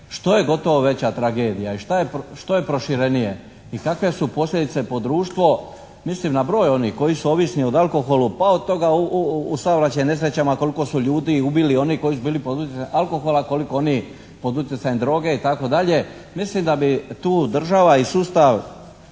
što je gotovo veća tragedija i što je proširenije i kakve su posljedice po društvo, mislim na broj onih, koji su ovisni o alkoholu, pa od toga u saobraćajnim nesrećama koliko su ljudi ubili oni koji su bili pod utjecajem alkohola, a koliko oni pod utjecajem droge itd. Mislim da bi tu država i sustav